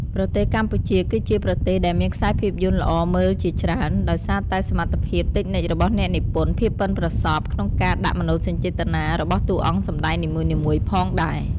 ប្រទេសកម្ពុជាគឺជាប្រទេសដែលមានខ្សែភាពយន្តល្អមើលជាច្រើន ដោយសារតែសមត្ថភាពតិចនិចរបស់អ្នកនិពន្ធ ភាពបុិនប្រសប់ ក្នុងការដាក់មនោសញ្ចេតនា របស់តួអង្គសម្តែងនីមួយៗផងដែរ។